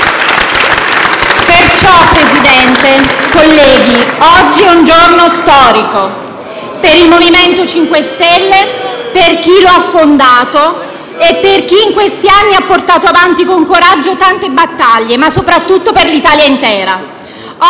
Perciò, signor Presidente, colleghi, oggi è un giorno storico: per il MoVimento 5 Stelle, per chi l'ha fondato, per chi, in questi anni, ha portato avanti, con coraggio, tante battaglie, ma soprattutto per l'Italia intera.